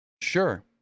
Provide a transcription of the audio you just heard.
Sure